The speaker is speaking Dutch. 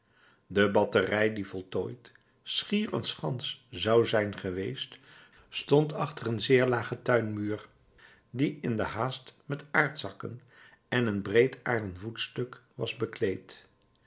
de batterij die voltooid schier een schans zou zijn geweest stond achter een zeer lagen tuinmuur die in de haast met aardzakken en een breed aarden voetstuk was bekleed